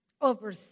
Over